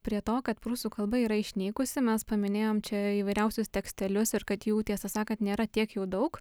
prie to kad prūsų kalba yra išnykusi mes paminėjom čia įvairiausius tekstelius ir kad jų tiesą sakant nėra tiek jau daug